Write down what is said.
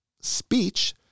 speech